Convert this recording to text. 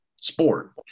sport